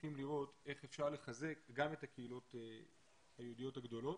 צריכים לראות איך אפשר לחזק גם את הקהילות היהודיות הגדולות,